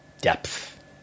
depth